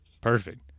Perfect